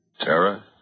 Tara